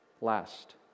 last